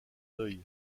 deuil